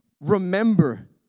remember